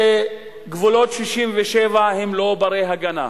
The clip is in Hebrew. שגבולות 67' הם לא בני-הגנה,